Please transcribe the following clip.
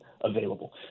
available